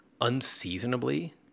unseasonably